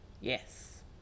Yes